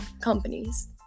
companies